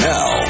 Now